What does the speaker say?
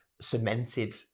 cemented